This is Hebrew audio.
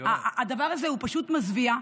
הדבר הזה הוא פשוט מזוויע.